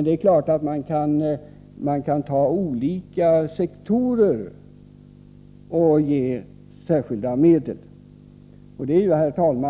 Det är emellertid klart att man kan ge särskilda medel till olika sektorer, och det är